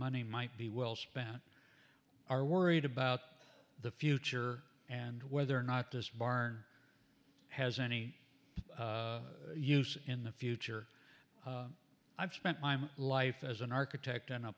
money might be well spent are worried about the future and whether or not this bar has any use in the future i've spent my my life as an architect and a